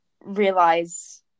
realize